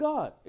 God